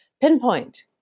pinpoint